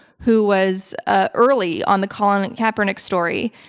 who was ah early on the colin kaepernickstory,